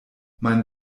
mein